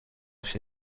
się